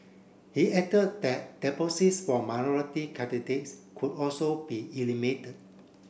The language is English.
he added that deposits for minority candidates could also be eliminated